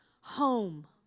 home